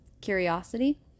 curiosity